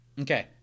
Okay